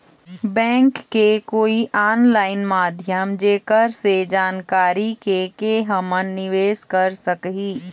Bank के कोई online माध्यम जेकर से जानकारी के के हमन निवेस कर सकही?